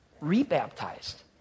rebaptized